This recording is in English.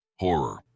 horror